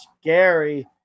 scary